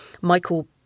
Michael